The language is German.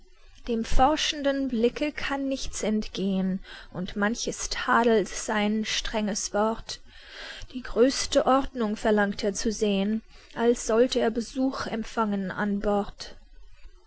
dem forschenden blicke kann nichts entgehen und manches tadelt sein strenges wort die größte ordnung verlangt er zu sehen als sollt er besuch empfangen an bord